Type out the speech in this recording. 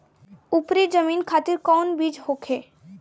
उपरी जमीन खातिर कौन बीज होखे?